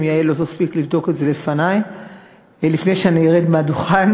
אם יעל לא תספיק לבדוק את זה לפני שאני ארד מהדוכן.